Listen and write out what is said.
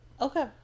okay